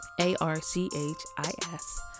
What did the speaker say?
A-R-C-H-I-S